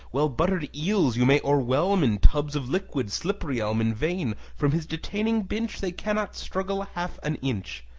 well-buttered eels you may o'erwhelm in tubs of liquid slippery-elm in vain from his detaining pinch they cannot struggle half an inch!